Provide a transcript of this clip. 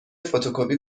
فتوکپی